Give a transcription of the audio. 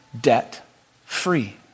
debt-free